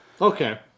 Okay